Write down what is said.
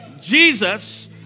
Jesus